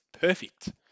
perfect